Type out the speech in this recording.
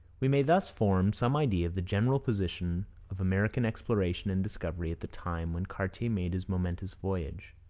we may thus form some idea of the general position of american exploration and discovery at the time when cartier made his momentous voyages.